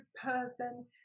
person